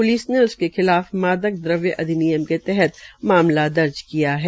police ने उसके खिलाफ मादक दवव्य अधिनियम के तहत मामला दर्ज किया है